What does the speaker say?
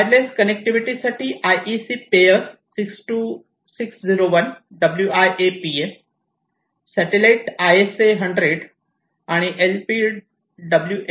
wireless connectivity साठी IEC पेअर 62601 WIA PA satellite ISA 100 आणि LPWAN